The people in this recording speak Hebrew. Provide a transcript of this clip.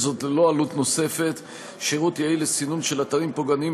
זאת ללא עלות נוספת שירות יעיל לסינון של אתרים פוגעניים